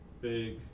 big